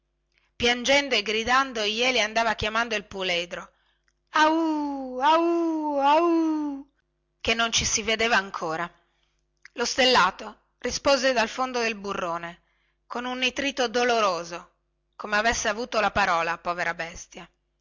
piangendo e gridando egli andava chiamando il puledro ahu ahu ahu che non ci si vedeva ancora lo stellato rispose finalmente dal fondo del burrone con un nitrito doloroso come avesse avuto la parola povera bestia